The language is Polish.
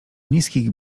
niskich